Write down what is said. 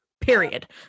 Period